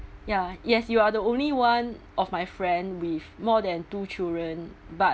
ya yes you are the only one of my friend with more than two children but